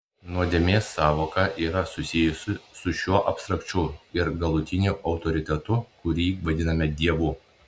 nuodėmės sąvoka yra susijusi su šiuo abstrakčiu ir galutiniu autoritetu kurį vadiname dievu